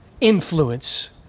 influence